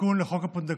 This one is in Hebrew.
תיקון לחוק הפונדקאות.